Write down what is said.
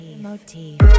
motif